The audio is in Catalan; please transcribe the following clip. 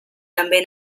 també